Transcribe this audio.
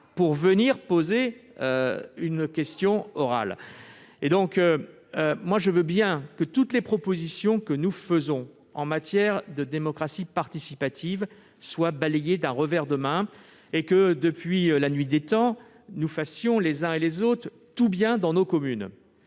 puissent poser une question orale. Je veux bien que toutes les propositions que nous faisons en matière de démocratie participative soient balayées d'un revers de main ... Mais non !... et que, depuis la nuit des temps, nous fassions, les uns et les autres, tout parfaitement dans nos communes.